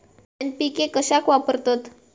NPK कशाक वापरतत?